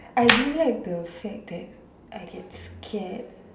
I don't like the fact that I get scared